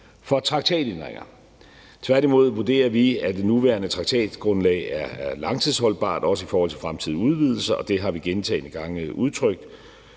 for traktatændringer. Tværtimod vurderer vi, at det nuværende traktatgrundlag er langtidsholdbart, også i forhold til fremtidige udvidelser, og det har vi gentagne gange udtrykt.